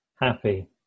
happy